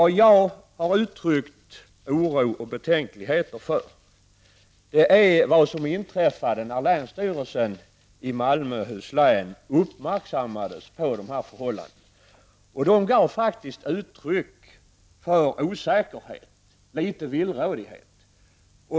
Däremot uttryckte jag oro och betänklighet inför vad som inträffade när länsstyrelsen i Malmöhus län uppmärksammades på dessa förhållanden. Den gav uttryck för osäkerhet och litet villrådighet.